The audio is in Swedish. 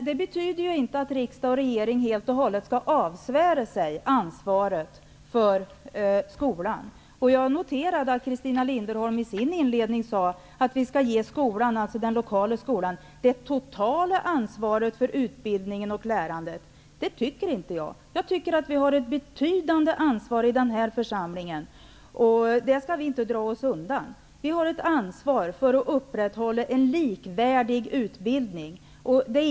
Det betyder inte att riksdag och regering helt och hållet skall avsvära sig ansvaret för skolan. Jag noterade att Christina Linderholm i sin inledning sade att vi skall ge den lokala skolan det totala ansvaret för utbildningen. Så tycker inte jag. Jag tycker att vi i den här församlingen har ett betydande ansvar, och det skall vi inte dra oss undan. Vi har ett ansvar för upprätthållandet av en likvärdig utbildning.